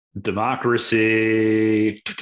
democracy